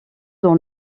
dans